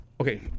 Okay